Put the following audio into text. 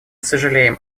сожалеем